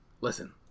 Listen